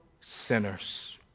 sinners